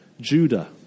Judah